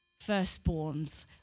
firstborns